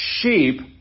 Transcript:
sheep